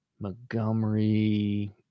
Montgomery